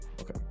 Okay